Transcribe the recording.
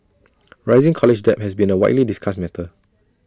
rising college debt has been A widely discussed matter